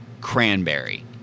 Cranberry